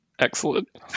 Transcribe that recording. Excellent